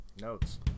notes